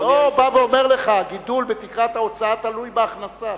הוא בא ואומר לך: גידול בתקרת ההוצאה תלוי בהכנסה.